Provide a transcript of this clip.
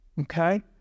okay